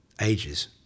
ages